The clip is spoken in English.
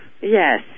Yes